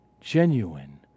genuine